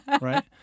right